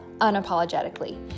unapologetically